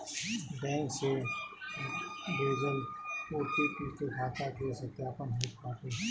bank से भेजल OTP से खाता के सत्यापन होत बाटे